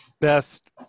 best